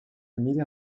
família